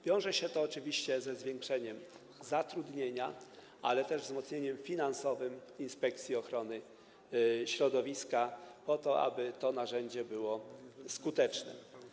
Wiąże się to oczywiście ze zwiększeniem zatrudnienia, ale też ze wzmocnieniem finansowym Inspekcji Ochrony Środowiska po to, aby to narzędzie było skuteczne.